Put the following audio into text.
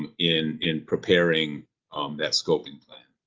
and in in preparing that scoping plan.